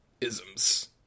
isms